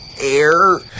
Air